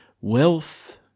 wealth